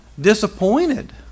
disappointed